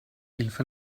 hilfe